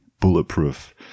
bulletproof